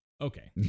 Okay